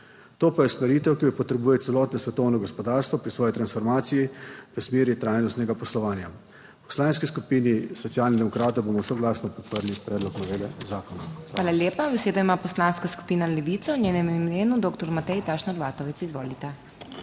To pa je usmeritev, ki jo potrebuje celotno svetovno gospodarstvo pri svoji transformaciji v smeri trajnostnega poslovanja. V Poslanski skupini Socialnih demokratov bomo soglasno podprli predlog novele zakona. PODPREDSEDNICA MAG. MEIRA HOT: Hvala lepa. Besedo ima Poslanska skupina Levica, v njenem imenu dr. Matej Tašner Vatovec. Izvolite.